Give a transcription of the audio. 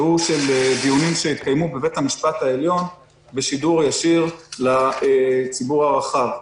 והוא של דיונים שהתקיימו בבית המשפט העליון בשידור ישיר לציבור הרחב.